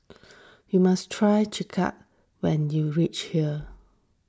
you must try Chai Kuih when you reach here